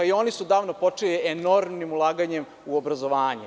I oni su odavno počeli enormnim ulaganjem u obrazovanje.